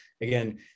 again